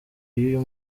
y’uyu